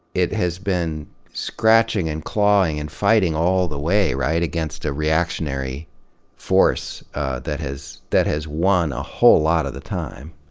it has been scratching and clawing and fighting all the way, right, against a reactionary force that has, that has won a whole lot of the time.